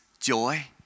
joy